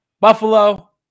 Buffalo